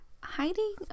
hiding